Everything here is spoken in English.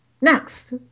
Next